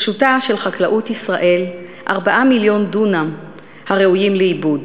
ברשותה של חקלאות ישראל 4 מיליון דונם הראויים לעיבוד.